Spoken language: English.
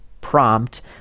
prompt